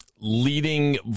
leading